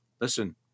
listen